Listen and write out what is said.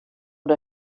der